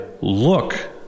look